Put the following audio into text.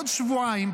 עוד שבועיים,